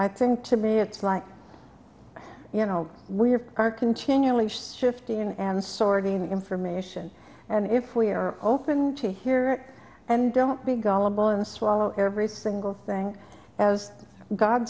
i think to me it's like you know we are continually shifting and sorting information and if we are open to hear and don't be gullible and swallow every single thing as god